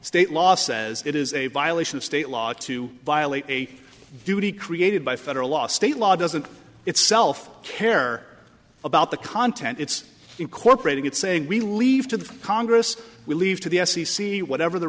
state law says it is a violation of state law to violate a duty created by federal law state law doesn't itself care about the content it's incorporating it saying we leave to the congress we leave to the f c c whatever the